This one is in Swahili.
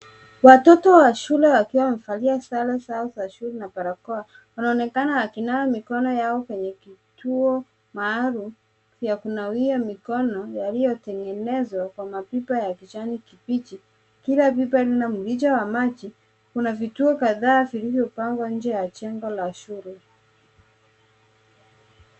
Watoto wa shule wakiwa wamevalia sare zao za shule na barakoa wanaonekana wakinawa mikono yao kwenye kituo maalum ya kunawia mikono yaliyotengenezwa kwa mapipa ya kijani kibichi, kila pipa lina mrija wa maji, kuna vituo kadhaa vilivyopangwa nje ya jengo la shule.